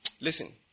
Listen